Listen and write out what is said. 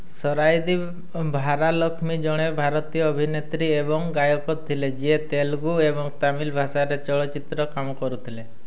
ସରାଇଦି ଭାରାଲକ୍ଷ୍ମୀ ଜଣେ ଭାରତୀୟ ଅଭିନେତ୍ରୀ ଏବଂ ଗାୟକ ଥିଲେ ଯିଏ ତେଲୁଗୁ ଏବଂ ତାମିଲ ଭାଷାର ଚଳଚ୍ଚିତ୍ରରେ କାମ କରୁଥିଲେ